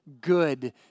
good